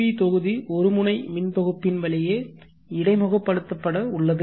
we தொகுதி ஒருமுனை மின்தொகுப்பின் வழியே இடைமுகபடுத்தப்பட உள்ளது